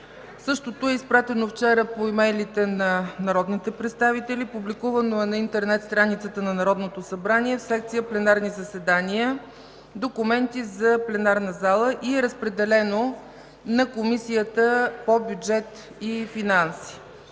Същото е изпратено вчера по имейлите на народните представители. Публикувано е на интернет страницата на Народното събрание в секция „Пленарни заседания – документи за пленарната зала” и е разпределено на Комисията по бюджет и финанси.